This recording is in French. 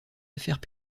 affaires